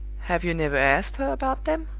have you never asked her about them?